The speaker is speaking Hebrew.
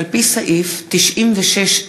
התשע"ה